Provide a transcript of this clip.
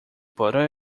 para